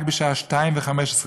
רק בשעה 02:15,